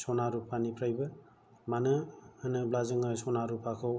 सना रुपानिफ्रायबो मानो होनोब्ला जोङो सना रुपाखौ